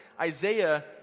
Isaiah